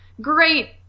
great